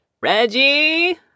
Reggie